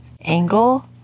angle